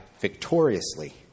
victoriously